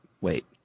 wait